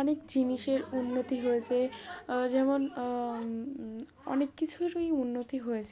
অনেক জিনিসের উন্নতি হয়েছে যেমন অনেক কিছুরই উন্নতি হয়েছে